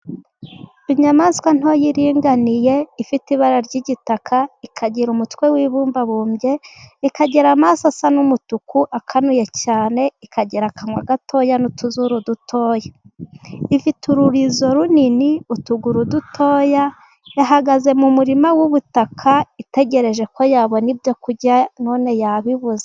Inyamaswa nto iringaniye ifite ibara ry'igitaka, ikagira umutwe w'ibumbabumby, ikagira amaso asa n'umutuku akanuye cyane, ikagera akanwa gato, n'utuzuru duto, ifite ururizo runini, utuguru duto. Yahagaze mu murima w'ubutaka itegereje ko yabona ibyoku kurya none yabibuza.